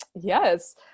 Yes